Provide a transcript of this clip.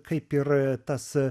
kaip ir tas